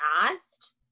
asked